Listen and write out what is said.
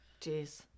Jeez